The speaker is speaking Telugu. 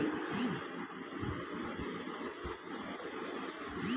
మిరప విత్తనాలు ఏ నెలలో నారు పోయాలి?